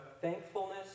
thankfulness